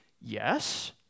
Yes